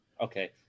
Okay